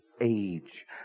age